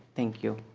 thank you.